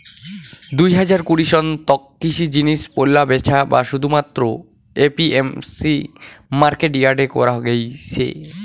দুই হাজার কুড়ি সন তক কৃষি জিনিস পৈলা ব্যাচা শুধুমাত্র এ.পি.এম.সি মার্কেট ইয়ার্ডে করা গেইছে